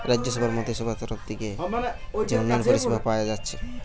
রাজ্যসভার মন্ত্রীসভার তরফ থিকে যে উন্নয়ন পরিষেবা পায়া যাচ্ছে